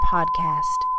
Podcast